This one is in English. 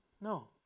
No